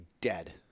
dead